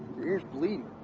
your ear's bleeding.